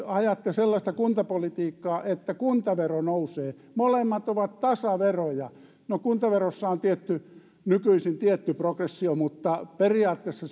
ajatte sellaista kuntapolitiikkaa että kuntavero nousee molemmat ovat tasaveroja no kuntaverossa on nykyisin tietty progressio mutta periaatteessa